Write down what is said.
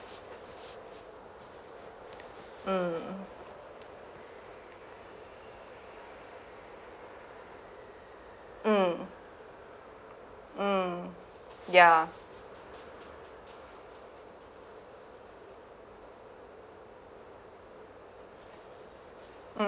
mm mm mm ya